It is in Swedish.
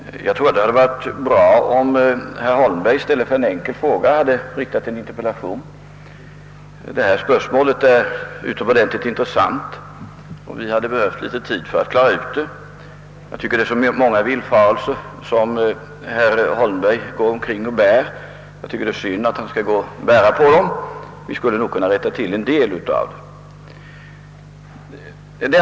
Herr talman! Jag tror att det hade varit bra om herr Holmberg i stället för en enkel fråga hade framställt en interpellation. Detta spörsmål är utomordentligt intressant, och vi hade behövt litet tid för att klara ut det. Jag tycker att det är synd att herr Holmberg skall bära på så många villfarelser — vi skulle nog kunna rätta till en del av dem.